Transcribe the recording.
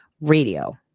Radio